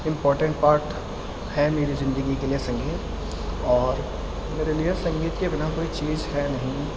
important part ہے میری زندگی کے لیے سنگیت اور میرے لیے سنگیت کے بنا کوئی چیز ہے نہیں